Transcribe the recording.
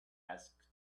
asked